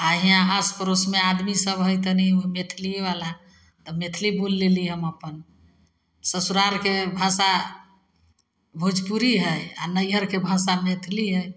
आओर हिआँ आसपड़ोसमे आदमीसभ हइ तनि मैथिलिएवला तऽ मैथिली बोलि लेली हम अपन ससुरारके भाषा भोजपुरी हइ आओर नैहरके भाषा मैथिली हइ